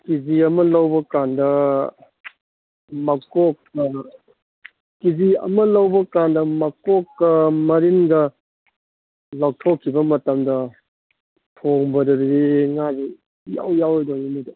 ꯀꯦ G ꯑꯃ ꯂꯧꯕꯀꯥꯟꯗ ꯃꯀꯣꯛꯅ ꯀꯦ ꯖꯤ ꯑꯃ ꯂꯧꯕꯀꯥꯟꯗ ꯃꯀꯣꯛꯀ ꯃꯔꯤꯟꯒ ꯂꯧꯊꯣꯛꯈꯤꯕ ꯃꯇꯝꯗ ꯊꯣꯡꯕꯗꯗꯤ ꯉꯥꯗꯤ ꯏꯌꯥꯎ ꯌꯥꯎꯔꯣꯏꯗꯧꯔꯤꯅꯦ ꯑꯗꯨꯗꯤ